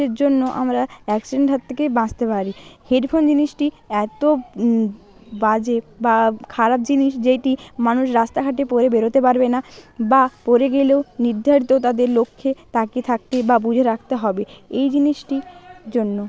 সের জন্য আমরা অ্যাক্সিডেন্ট হাত থেকেই বাঁচতে পারি হেডফোন জিনিসটি এতো বাজে বা খারাপ জিনিস যেইটি মানুষ রাস্তাঘাটে পরে বেরোতে পারবে না বা পরে গেলেও নির্ধারিত তাদের লক্ষ্যে তাকিয়ে থাকতে বা বুঝে রাখতে হবে এই জিনিসটি জন্য